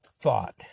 thought